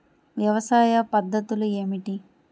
వ్యవసాయ పద్ధతులు ఏమిటి?